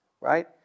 right